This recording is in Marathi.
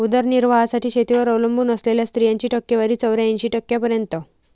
उदरनिर्वाहासाठी शेतीवर अवलंबून असलेल्या स्त्रियांची टक्केवारी चौऱ्याऐंशी टक्क्यांपर्यंत